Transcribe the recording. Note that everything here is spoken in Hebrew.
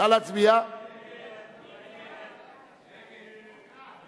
מי נמנע?